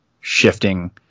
shifting